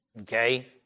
Okay